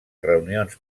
reunions